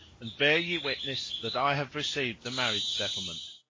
and bear ye witness that i have received the marriage settlement.